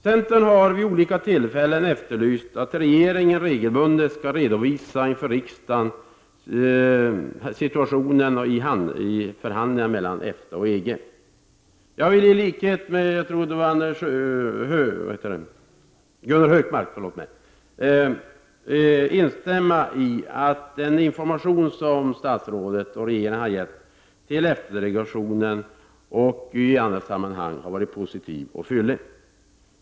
Centern har vid olika tillfällen efterlyst redovisningar från regeringen inför riksdagen rörande situationen i förhandlingarna mellan EFTA och EG. Jag vill instämma med Gunnar Hökmark i bedömningen att den information som statsrådet och regeringen har lämnat till EFTA-delegationen och i andra sammanhang har varit positiv och fyllig.